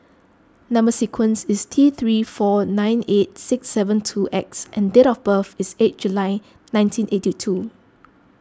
Number Sequence is T three four nine eight six seven two X and date of birth is eight July nineteen eight two